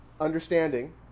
understanding